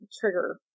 trigger